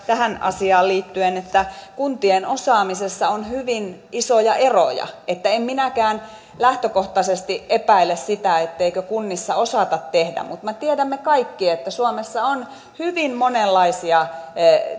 tähän asiaan liittyen senkin että kuntien osaamisessa on hyvin isoja eroja että en minäkään lähtökohtaisesti epäile etteikö kunnissa osata tehdä mutta me tiedämme kaikki että suomessa on hyvin monenlaisia